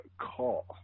call